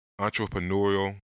entrepreneurial